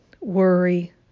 worry